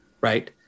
right